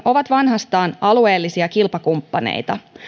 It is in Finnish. ovat vanhastaan alueellisia kilpakumppaneita